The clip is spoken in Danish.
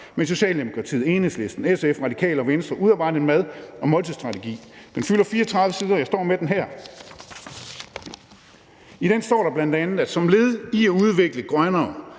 med Socialdemokratiet, Enhedslisten, SF, Radikale og Venstre udarbejdet en mad- og måltidsstrategi. Den fylder 34 sider, og jeg står med den her. I den står der bl.a., at det er som led i at udvikle grønnere